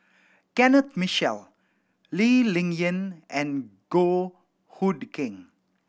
Kenneth Mitchell Lee Ling Yen and Goh Hood Keng